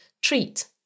treat